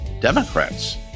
Democrats